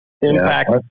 impact